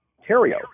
Ontario